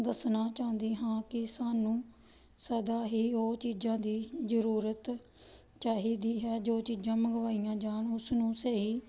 ਦੱਸਣਾ ਚਾਹੁੰਦੀ ਹਾਂ ਕਿ ਸਾਨੂੰ ਸਦਾ ਹੀ ਉਹ ਚੀਜ਼ਾਂ ਦੀ ਜ਼ਰੂਰਤ ਚਾਹੀਦੀ ਹੈ ਜੋ ਚੀਜ਼ਾਂ ਮੰਗਵਾਈਆਂ ਜਾਣ ਉਸ ਨੂੰ ਸਹੀ